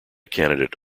candidate